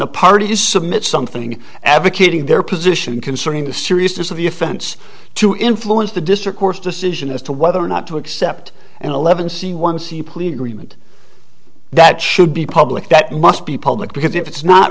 the parties submit something advocating their position concerning the seriousness of the offense to influence the district court's decision as to whether or not to accept an eleven c one c plea agreement that should be public that must be public because if it's not